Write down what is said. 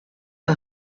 yng